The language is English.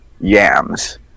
yams